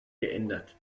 geändert